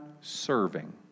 serving